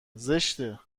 زشته